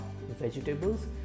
vegetables